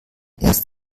erst